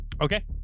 Okay